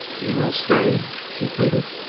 you will stay? she pleaded.